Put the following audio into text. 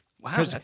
Wow